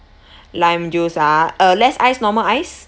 lime juice ah uh less ice normal ice